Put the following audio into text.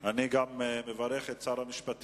אני מברך את שר המשפטים